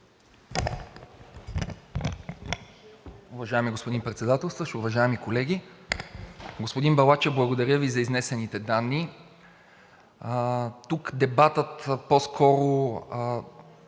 Уважаеми господин Председателстващ, уважаеми колеги! Господин Балачев, благодаря Ви за изнесените данни. Тук в дебата по-скоро се